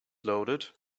loaded